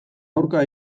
aurka